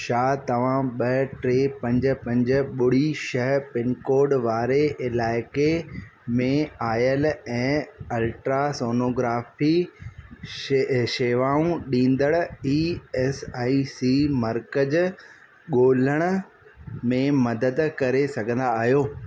छा तव्हां ॿ टे पंज पंज ॿुड़ी छह पिनकोड वारे इलाइक़े में आयलु ऐं अल्ट्रासोनोग्राफी शे शेवाऊं ॾींदड़ ई एस आई सी मर्कज़ु ॻोल्हण में मदद करे सघंदा आहियो